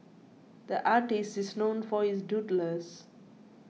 the artist is known for his doodles